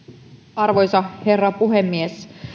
arvoisa herra puhemies